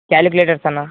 calculators అన్న